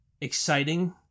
exciting